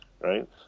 right